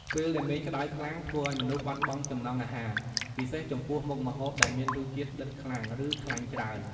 ពេលដែលមេឃក្តៅខ្លាំង ធ្វើឱ្យមនុស្សបាត់បង់ចំណង់អាហារ ពិសេសចំពោះមុខម្ហូបដែលមានរសជាតិដិតខ្លាំង ឬ ខ្លាញ់ច្រើន។